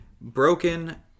broken